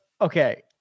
okay